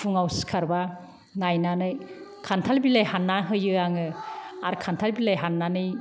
फुङाव सिखारबा नायनानै खान्थाल बिलाइ हानना होयो आङो आरो खान्थाल बिलाइ हाननानै